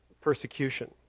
persecution